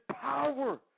power